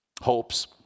hopes